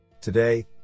Today